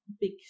big